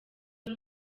ari